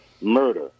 murder